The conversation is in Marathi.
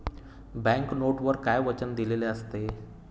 बँक नोटवर काय वचन दिलेले असते?